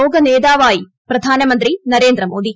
ലോക നേതാവായി പ്രധാനമന്ത്രി നരേന്ദ്ര മോദി